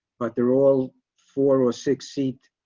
but they're all four or six seat.